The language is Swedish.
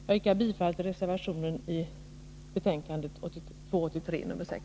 Jag yrkar bifall till reservationen i civilutskottets betänkande 1982/83:6.